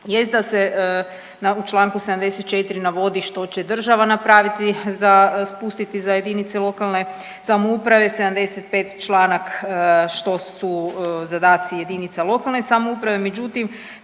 jest da se u Članku 74. navodi što će država napraviti za spustiti za jedinice lokalne samouprave 75. članak što su zadaci jedinica lokalne samouprave, međutim